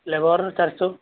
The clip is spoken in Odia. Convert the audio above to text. ଲେବର ଚାରିଶହ